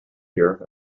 year